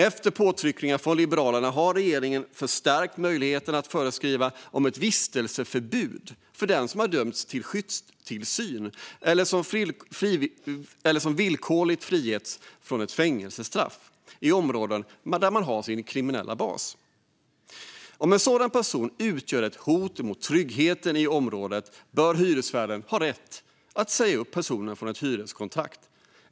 Efter påtryckningar från Liberalerna har regeringen förstärkt möjligheten att föreskriva vistelseförbud för den som har dömts till skyddstillsyn eller som villkorligt frigetts från ett fängelsestraff i områden där personen har sin kriminella bas. Om en sådan person utgör ett hot mot tryggheten i området bör hyresvärden ha rätt att säga upp personen från ett hyreskontrakt.